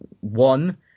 One